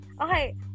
okay